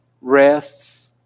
rests